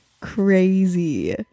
crazy